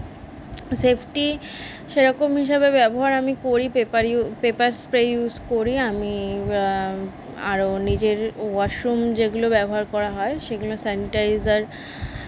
safety সেরকম হিসাবে ব্যবহার আমি করি পেপার ইউ পেপার স্প্রে ইউস করি আমি আরো নিজের ওয়াশরুম যেগুলো ব্যবহার করা হয় সেগুলো স্যানিটাইজার